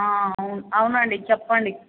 అవును అవునండి చెప్పండి